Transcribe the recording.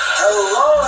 Hello